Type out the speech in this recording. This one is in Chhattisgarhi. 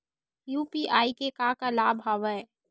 यू.पी.आई के का का लाभ हवय?